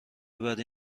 بدی